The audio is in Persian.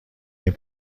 این